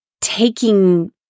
taking